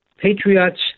Patriot's